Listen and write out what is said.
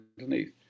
underneath